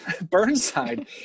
Burnside